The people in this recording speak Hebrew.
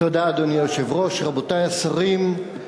אדוני היושב-ראש, תודה, רבותי השרים,